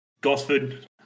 Gosford